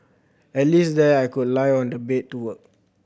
at least there I could lie on the bed to work